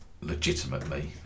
legitimately